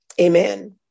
Amen